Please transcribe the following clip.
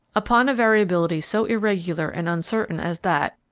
upon a variability so irregular and uncertain as that,